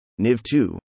NIV2